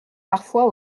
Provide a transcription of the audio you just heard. parfois